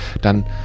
dann